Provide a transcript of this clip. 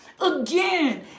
again